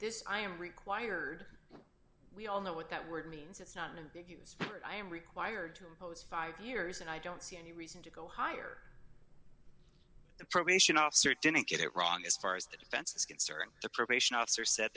this i am required we all know what that word means it's not that i am required to impose five years and i don't see any reason to go higher the probation officer didn't get it wrong as far as the defense is concerned the probation officer s